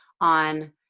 on